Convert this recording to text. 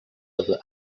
other